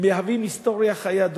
מהווים היסטוריה חיה,